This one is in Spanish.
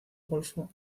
golfo